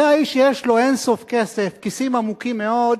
זה האיש שיש לו אין-סוף כסף, כיסים עמוקים מאוד,